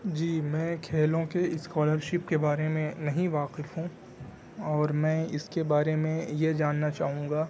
جی میں کھیلوں کے اسکالرشپ کے بارے میں نہیں واقف ہوں اور میں اس کے بارے میں یہ جاننا چاہوں گا